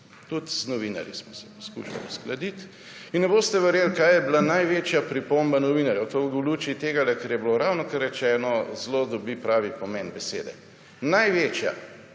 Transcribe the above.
Tudi z novinarji smo se poskušali uskladiti. In ne boste verjeli, kaj je bila največja pripomba novinarjev, to v luči tega, kar je bilo ravnokar rečeno, dobi zelo pravi pomen besede. Največja,